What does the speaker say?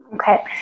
Okay